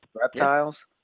Reptiles